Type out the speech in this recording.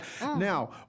Now